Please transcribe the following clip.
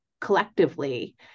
collectively